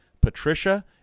patricia